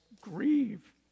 grieve